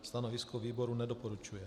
Stanovisko výboru nedoporučuje.